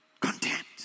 Contempt